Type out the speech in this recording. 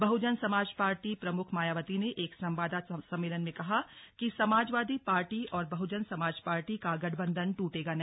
बहुजन Samaj party प्रमुख मायावती ने एक संवाददाता सम्मेलन में कहा कि समाजवादी पार्टी और बहुजन समाज पार्टी का गठबंधन टूटेगा नहीं